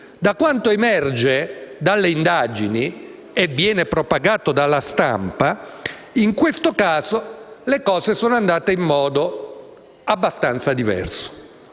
Da quanto emerge dalle indagini e propagato dalla stampa, in questo caso le cose sono andate in modo piuttosto diverso.